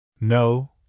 No